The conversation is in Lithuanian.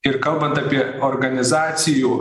ir kalbant apie organizacijų